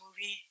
movie